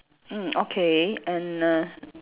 mm okay and err